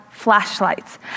flashlights